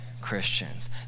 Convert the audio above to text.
Christians